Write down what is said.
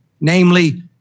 namely